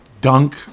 dunk